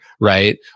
right